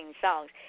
songs